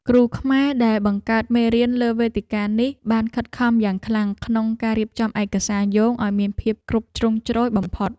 គ្រូខ្មែរដែលបង្កើតមេរៀនលើវេទិកានេះបានខិតខំយ៉ាងខ្លាំងក្នុងការរៀបចំឯកសារយោងឱ្យមានភាពគ្រប់ជ្រុងជ្រោយបំផុត។